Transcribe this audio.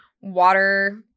water